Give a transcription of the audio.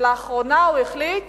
לאחרונה הוא החליט